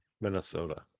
Minnesota